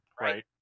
Right